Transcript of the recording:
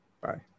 bye